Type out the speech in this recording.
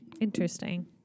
Interesting